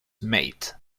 mate